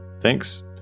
Thanks